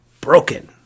Broken